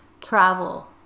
travel